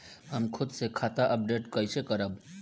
हम खुद से खाता अपडेट कइसे करब?